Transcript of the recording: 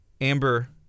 Amber